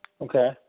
Okay